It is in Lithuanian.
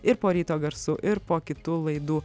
ir po ryto garsų ir po kitų laidų